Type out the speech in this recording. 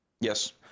Yes